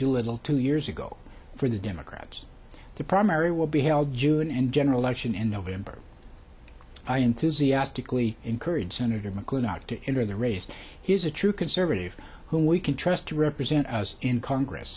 doolittle two years ago for the democrats the primary will be held june and general election in the winter i enthusiastically encouraged senator mcclintock to enter the race he is a true conservative whom we can trust to represent us in congress